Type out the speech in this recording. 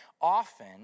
often